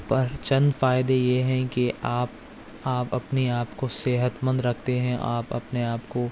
پر چند فائدے یہ ہیں کہ آپ آپ اپنے آپ کو صحت مند رکھتے ہیں آپ اپنے آپ کو